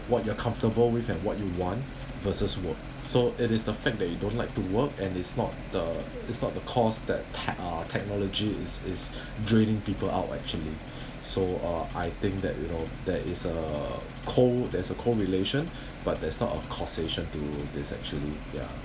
what you're comfortable with and what you want versus work so it is the fact that you don't like to work and it's not the it's not the cause that tech~ uh technologies is is draining people out actually so uh I think that you know there is uh cor~ there is a correlation but there's not a causation to this actually ya